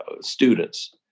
students